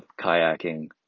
kayaking